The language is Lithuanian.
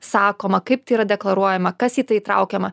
sakoma kaip tai yra deklaruojama kas į tai įtraukiama